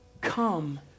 Come